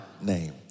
name